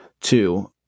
two